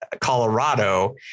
Colorado